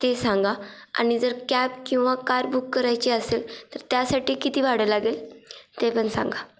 ते सांगा आणि जर कॅब किंवा कार बुक करायची असेल तर त्यासाठी किती भाडं लागेल ते पण सांगा